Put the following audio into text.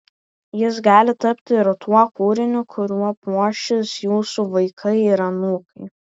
jis gali tapti ir tuo kūriniu kuriuo puošis jūsų vaikai ir anūkai